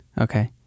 Okay